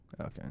okay